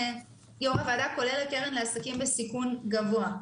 -- כולל הקרן לעסקים בסיכון גבוה.